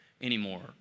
anymore